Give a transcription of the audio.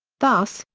thus,